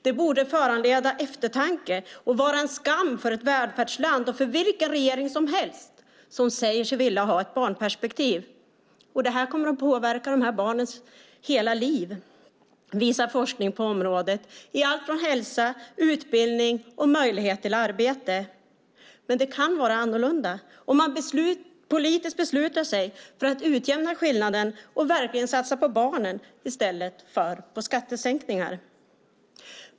Det borde föranleda eftertanke och vara en skam för ett välfärdsland och för vilken regering som helst som säger sig vilja ha ett barnperspektiv. Det här kommer att påverka de här barnens hela liv, visar forskning på området, allt från hälsa, utbildning till möjlighet till arbete. Men det kan vara annorlunda om man politiskt beslutar sig för att utjämna skillnaderna och verkligen satsar på barnen i stället för på skattesänkningar.